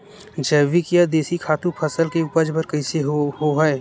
जैविक या देशी खातु फसल के उपज बर कइसे होहय?